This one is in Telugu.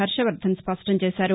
హర్షవర్ధన్ స్పష్టంచేశారు